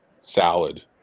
Salad